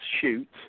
shoot